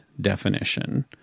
definition